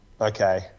okay